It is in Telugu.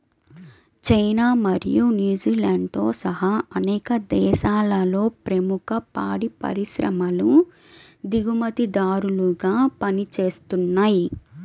చైనా మరియు న్యూజిలాండ్తో సహా అనేక దేశాలలో ప్రముఖ పాడి పరిశ్రమలు దిగుమతిదారులుగా పనిచేస్తున్నయ్